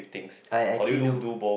I actually do